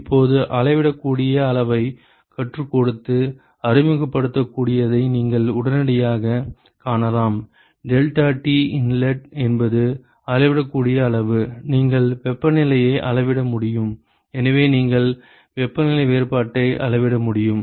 இப்போது அளவிடக்கூடிய அளவைக் கற்றுக்கொடுத்து அறிமுகப்படுத்தியதை நீங்கள் உடனடியாகக் காணலாம் டெல்டாடி இன்லெட் என்பது அளவிடக்கூடிய அளவு நீங்கள் வெப்பநிலையை அளவிட முடியும் எனவே நீங்கள் வெப்பநிலை வேறுபாட்டை அளவிட முடியும்